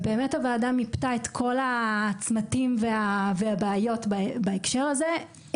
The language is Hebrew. הוועדה מיפתה את כל הצמתים והבעיות בהקשר הזה.